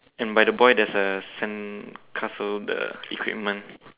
and by the boy there's a sandcastle the equipment